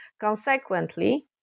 Consequently